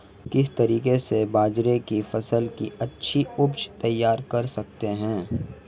किस तरीके से बाजरे की फसल की अच्छी उपज तैयार कर सकते हैं?